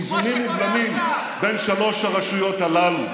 איזונים ובלמים בין שלוש הרשויות הללו.